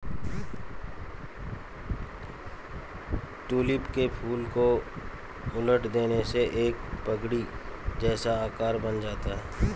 tulip के फूल को उलट देने से एक पगड़ी जैसा आकार बन जाता है